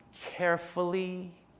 carefully